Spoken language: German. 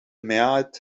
mehrheit